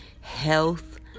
health